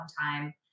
time